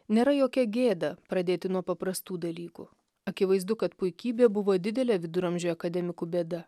nėra jokia gėda pradėti nuo paprastų dalykų akivaizdu kad puikybė buvo didelė viduramžių akademikų bėda